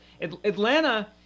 atlanta